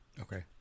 Okay